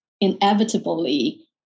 inevitably